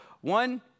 One